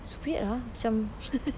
it's weird ah macam